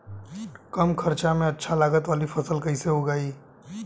कम खर्चा में अच्छा लागत वाली फसल कैसे उगाई?